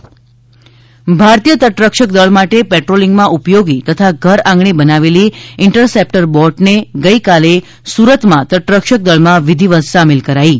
તટરક્ષ નૌકા ભારતીય તટરક્ષક દળ માટે પેટ્રોલિંગમાં ઉપયોગી તથા ઘરઆંગણે બનાવેલી ઇન્ટરસેપ્ટર બોટને ગઈકાલે સુરતમાં તટરક્ષક દળમાં વિધિવત સામેલ કરાઈ છે